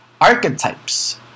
Archetypes